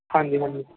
ਹਾਂਜੀ ਹਾਂਜੀ